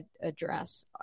address